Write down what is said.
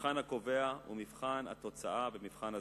המבחן הקובע הוא מבחן התוצאה ומבחן הזמן.